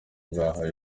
bahawe